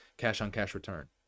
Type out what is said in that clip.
cash-on-cash-return